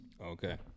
Okay